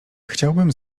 chciałbym